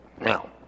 Now